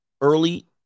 early